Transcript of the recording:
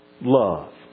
love